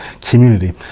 community